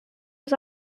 was